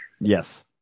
Yes